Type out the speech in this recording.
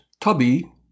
Tubby